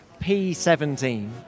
P17